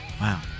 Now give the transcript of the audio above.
Wow